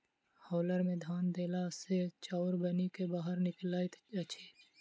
hauler मे धान देला सॅ चाउर बनि क बाहर निकलैत अछि